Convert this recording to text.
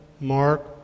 Mark